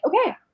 okay